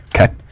Okay